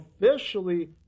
officially